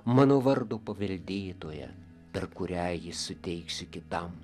mano vardo paveldėtoja per kurią jį suteiksiu kitam